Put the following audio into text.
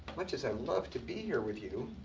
much as i love to be here with you,